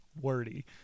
Wordy